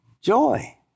Joy